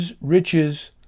riches